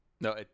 No